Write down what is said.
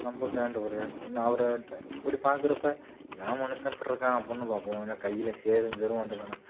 நம்ப ஃபேண்ட் இன்ன அவரை இப்படி பார்க்கறப்ப என்னா மனுசன் இப்பிடிருக்கான் அப்புடின்னு பார்ப்போம் ஏன்னா கையில் சேறுங்கீரும் வந்திருக்கானா